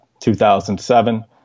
2007